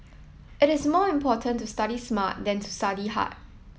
it is more important to study smart than to study hard